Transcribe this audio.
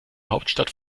hauptstadt